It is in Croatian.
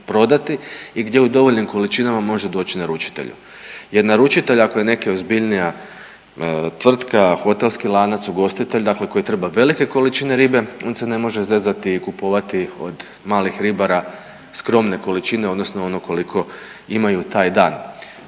i gdje u dovoljnim količinama može doći naručitelju jer naručitelj, ako je neka ozbiljnija tvrtka, hotelski lanac, ugostitelj, dakle koji treba velike količine ribe, on se ne može zezati i kupovati od malih ribara skromne količine, ono koliko imaju taj dan.